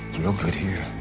real good here.